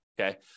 okay